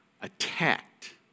attacked